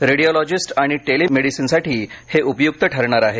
radiologist आणि टेलीमीडिसिनसाठी हे उपयुक्त ठरणार आहे